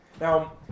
Now